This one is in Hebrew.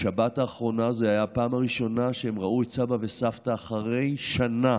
בשבת האחרונה הייתה הפעם הראשונה שהם ראו את סבא וסבתא אחרי שנה.